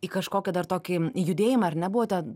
į kažkokį dar tokį judėjimą ar ne buvote